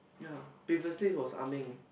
ya previously it was Ah-Meng